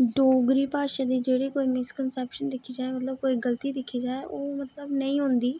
डोगरी भाशा दे जेह्ड़े कोई मिस कैनस्पैशन दिक्खी जाई मतलब कोई गलती दिक्खी जाए ओह् मतलब नेईं होंदी